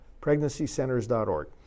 PregnancyCenters.org